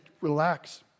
Relax